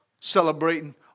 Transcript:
celebrating